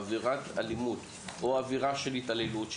עבירת אלימות או עבירה של התעללות,